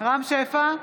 רם שפע,